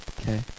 Okay